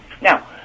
Now